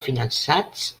finançats